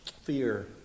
fear